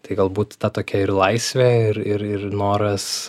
tai galbūt ta tokia ir laisvė ir ir ir noras